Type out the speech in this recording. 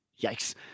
yikes